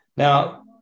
Now